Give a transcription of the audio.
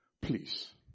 please